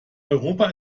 europa